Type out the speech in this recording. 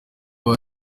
baba